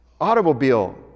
automobile